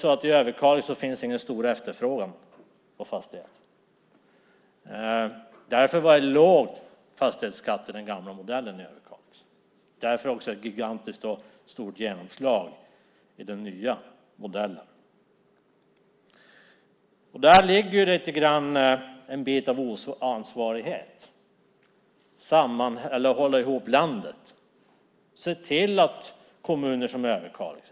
I Överkalix finns ingen stor efterfrågan på fastigheter. Därför var det låg fastighetsskatt med den gamla modellen i Överkalix. Därför blev det också ett gigantiskt stort genomslag i den nya modellen. Där ligger lite grann av ansvarighet. Det handlar om att hålla ihop landet.